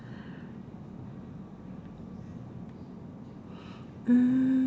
mm